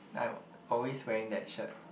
I'm always wearing that shirt